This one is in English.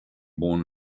born